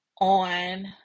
on